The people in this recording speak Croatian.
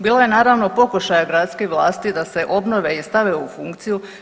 Bilo je naravno pokušaja gradskih vlasti da se obnove i stave u funkciju.